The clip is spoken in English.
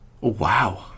Wow